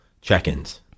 check-ins